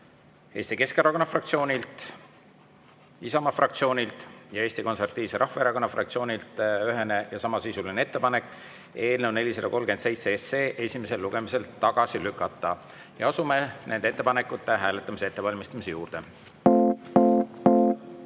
Eesti Keskerakonna fraktsioonilt, Isamaa fraktsioonilt ja Eesti Konservatiivse Rahvaerakonna fraktsioonilt samasisuline ettepanek eelnõu 437 esimesel lugemisel tagasi lükata. Asume nende ettepanekute hääletamise ettevalmistamise juurde.